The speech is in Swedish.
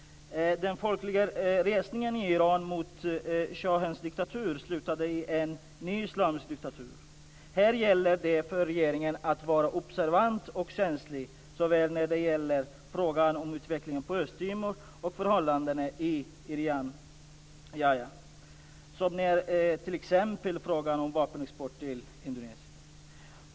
Den folkliga resningen i Iran mot shahens diktatur slutade i en ny islamisk diktatur. Här gäller det för regeringen att vara observant och känslig såväl när det gäller frågorna om utvecklingen på Östtimor och förhållandena i Irian Jaya som t.ex. frågan om vapenexport till Indonesien.